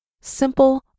simple